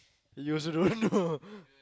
you also don't know